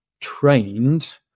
trained